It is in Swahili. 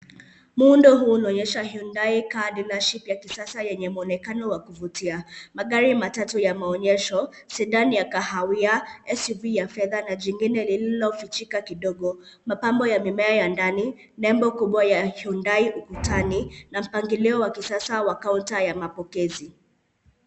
Muundo huu unaonyesha Hyundai yenye nakshi za kisasa yenye mwonenkano wa kuvutia. Magari matatu ya maonyesho, sidan ya kahawia, SUV la fedha na jingine lililofichika kidogo. Mapambo ya mimea ya ndani, nembo kubwa ya hyundai ukutani na mpangilio wa kisasa wa counter ya mapokezi.